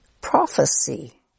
prophecy